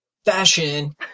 Fashion